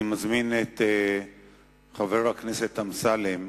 אני מזמין את חבר הכנסת חיים אמסלם,